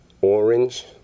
orange